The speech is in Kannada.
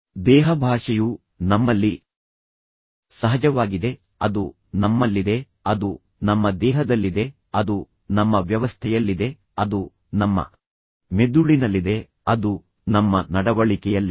ದೇಹಭಾಷೆಯು ನಮ್ಮಲ್ಲಿ ಸಹಜವಾಗಿದೆ ಅದು ನಮ್ಮಲ್ಲಿದೆ ಅದು ನಮ್ಮ ದೇಹದಲ್ಲಿದೆ ಅದು ನಮ್ಮ ವ್ಯವಸ್ಥೆಯಲ್ಲಿದೆ ಅದು ನಮ್ಮ ಮೆದುಳಿನಲ್ಲಿದೆ ಅದು ನಮ್ಮ ನಡವಳಿಕೆಯಲ್ಲಿದೆ